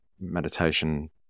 meditation